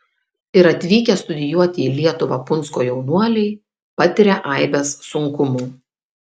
ir atvykę studijuoti į lietuvą punsko jaunuoliai patiria aibes sunkumų